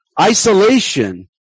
Isolation